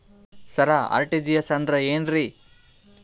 ಸರ RTGS ಅಂದ್ರ ಏನ್ರೀ?